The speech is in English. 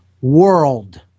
world